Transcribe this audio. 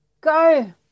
Go